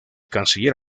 canciller